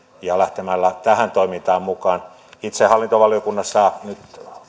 ja lähtemällä tähän toimintaan mukaan itse hallintovaliokunnassa nyt